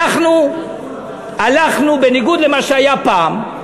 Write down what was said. אנחנו הלכנו, בניגוד למה שהיה פעם,